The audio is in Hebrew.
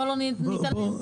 בואו לא נתעלם מזה.